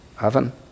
oven